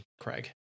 Craig